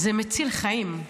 זה מציל חיים.